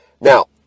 Now